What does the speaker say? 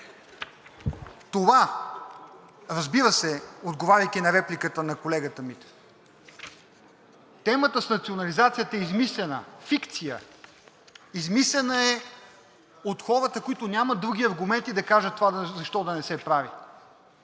Това, разбира се, отговаряйки на репликата на колегата Митев, темата с национализацията е измислена – фикция. Измислена е от хората, които нямат други аргументи да кажат това защо да не се прави,